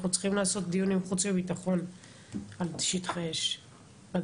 אנחנו צריכים לעשות דיונים עם חוץ ובטחון על שטחי אש בדרום,